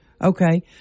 Okay